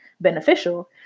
beneficial